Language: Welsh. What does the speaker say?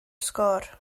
sgôr